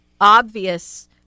obvious